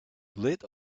lit